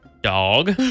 dog